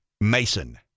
Mason